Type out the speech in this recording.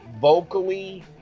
vocally